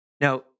Now